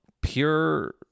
pure